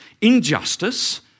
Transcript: injustice